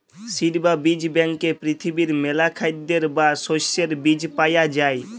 seed বা বীজ ব্যাংকে পৃথিবীর মেলা খাদ্যের বা শস্যের বীজ পায়া যাই